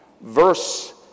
verse